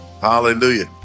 Hallelujah